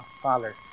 Father